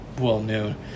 well-known